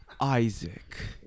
isaac